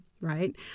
right